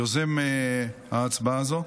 יוזם ההצעה הזו.